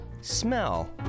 Smell